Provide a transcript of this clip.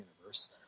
universe